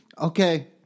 Okay